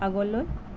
আগলৈ